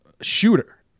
Shooter